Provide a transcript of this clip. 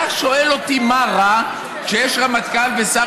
אתה שואל אותי מה רע כשיש רמטכ"ל ושר